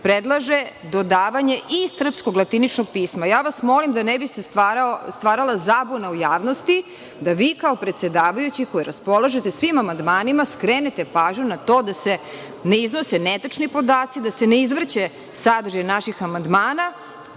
predlaže dodavanje i srpskog latiničnog pisma. Ja vas molim, da ne bi se stvarala zabuna u javnosti, da vi, kao predsedavajući, koji raspolažete svim amandmanima, skrenete pažnju na to da se ne iznose netačni podaci, da se ne izvrće sadržaj naših amandmana,